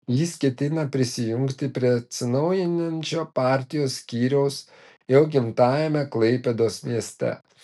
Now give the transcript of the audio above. jis ketina prisijungti prie atsinaujinančio partijos skyriaus jo gimtajame klaipėdos mieste